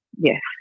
Yes